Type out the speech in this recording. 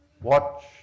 Watch